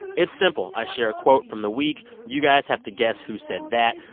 it's simple. i share a quote from the week. you guys have to guess who said that.